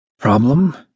Problem